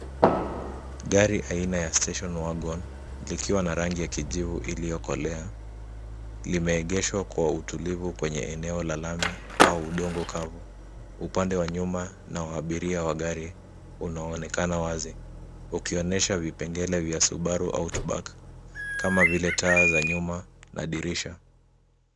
Gari aina ya Station Wagon likiwa na rangi ya kijivu iliyokolea. Limeegeshwa Kwa utulivu kwenye eneo la lami au udongo kavu. Upande wa nyuma na wa abiria wa gari inaonekana wazi, ukionyesha vipengele vya Subaru au Outback kama vile taa za nyuma na dirisha.